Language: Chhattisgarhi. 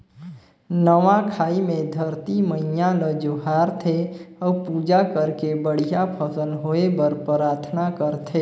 नवा खाई मे धरती मईयां ल जोहार थे अउ पूजा करके बड़िहा फसल होए बर पराथना करथे